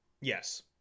yes